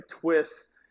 twists